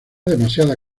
demasiada